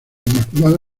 inmaculada